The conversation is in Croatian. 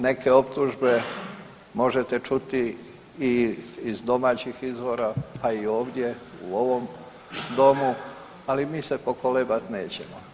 Neke optužbe možete čuti i iz domaćih izvora, pa i ovdje u ovom Domu, ali mi se pokolebat nećemo.